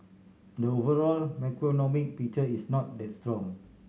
the overall macroeconomic picture is not that strong